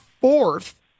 fourth